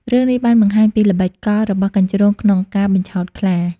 រឿងនេះបានបង្ហាញពីល្បិចកលរបស់កញ្ជ្រោងក្នុងការបញ្ឆោតខ្លា។